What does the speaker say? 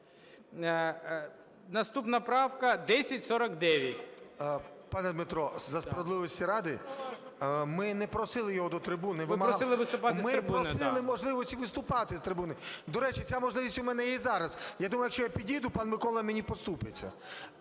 14:14:33 ШУФРИЧ Н.І. Пане Дмитро, справедливості ради, ми не просили його до трибуни. Ми просили можливості виступати з трибуни. До речі, ця можливість у мене є і зараз. І я думаю, якщо я підійду, пан Микола, мені поступиться.